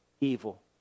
evil